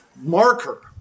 marker